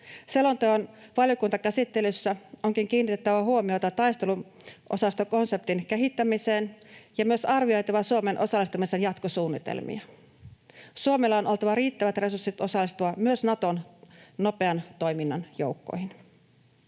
Selonteon valiokuntakäsittelyssä onkin kiinnitettävä huomiota taisteluosastokonseptin kehittämiseen ja myös arvioitava Suomen osallistumisen jatkosuunnitelmia. Suomella on oltava riittävät resurssit osallistua myös Naton nopean toiminnan joukkoihin.